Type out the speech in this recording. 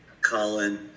Colin